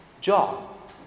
job